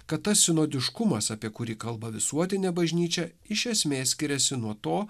kad tas sinonimiškumas apie kurį kalba visuotinė bažnyčia iš esmės skiriasi nuo to